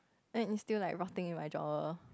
then it still like rotting in my drawer